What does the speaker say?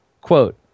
Quote